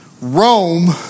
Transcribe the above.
Rome